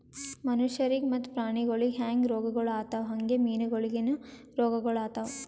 ಮನುಷ್ಯರಿಗ್ ಮತ್ತ ಪ್ರಾಣಿಗೊಳಿಗ್ ಹ್ಯಾಂಗ್ ರೋಗಗೊಳ್ ಆತವ್ ಹಂಗೆ ಮೀನುಗೊಳಿಗನು ರೋಗಗೊಳ್ ಆತವ್